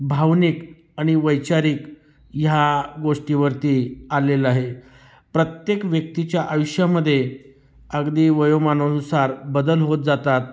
भावनिक आणि वैचारिक ह्या गोष्टीवरती आलेला आहे प्रत्येक व्यक्तीच्या आयुष्यामध्ये अगदी वयोमानानुसार बदल होत जातात